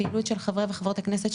ופעילות של חברי וחברות הכנסת,